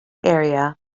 area